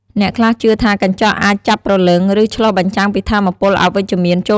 អ្នកខ្លះជឿថាកញ្ចក់អាចចាប់ព្រលឹង ឬឆ្លុះបញ្ចាំងពីថាមពលអវិជ្ជមានចូលក្នុងផ្ទះ។